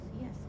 yes